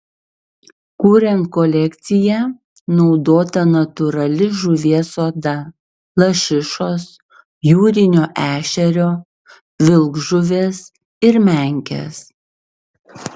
kuriant kolekciją naudota natūrali žuvies oda lašišos jūrinio ešerio vilkžuvės ir menkės